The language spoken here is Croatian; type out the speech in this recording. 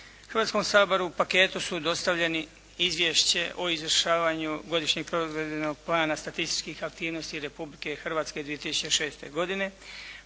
Hrvatskom saboru u paketu su dostavljeni: Izvješće o izvršavanju godišnjeg provedbenog plana statističkih aktivnosti Republike Hrvatske 2006. godine,